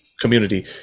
community